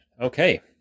okay